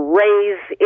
raise